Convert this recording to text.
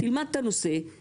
תלמד את הנושא,